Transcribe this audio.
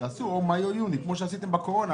תקבעו או מאי או יוני, כפי שעשיתם בקורונה.